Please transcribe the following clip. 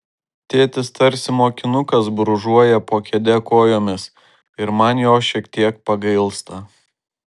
tėtis tarsi mokinukas brūžuoja po kėde kojomis ir man jo šiek tiek pagailsta